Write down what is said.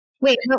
Wait